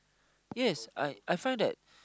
yes I I find that